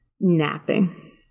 napping